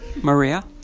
Maria